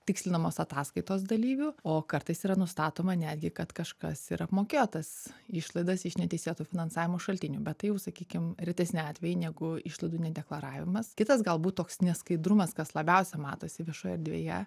tikslinamos ataskaitos dalyvių o kartais yra nustatoma netgi kad kažkas ir apmokėjo tas išlaidas iš neteisėtų finansavimo šaltinių bet tai jau sakykim retesni atvejai negu išlaidų nedeklaravimas kitas galbūt toks neskaidrumas kas labiausia matosi viešoje erdvėje